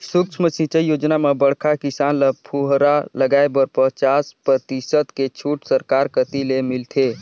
सुक्ष्म सिंचई योजना म बड़खा किसान ल फुहरा लगाए बर पचास परतिसत के छूट सरकार कति ले मिलथे